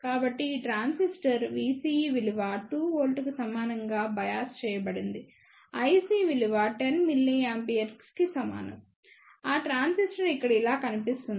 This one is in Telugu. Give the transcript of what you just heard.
కాబట్టి ఈ ట్రాన్సిస్టర్ VCE విలువ 2 వోల్ట్కు సమానం గా బయాస్ చేయబడింది IC విలువ10 mA కి సమానం ఆ ట్రాన్సిస్టర్ ఇక్కడ ఇలా కనిపిస్తుంది